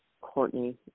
Courtney